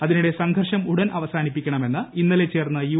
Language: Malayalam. അതിനിടെ സംഘർഷം ഉടൻ അവസാനിപ്പിക്കണമെന്ന് ഇന്നലെ ചേർന്ന യു